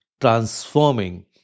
transforming